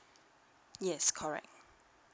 yes correct